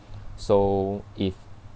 so if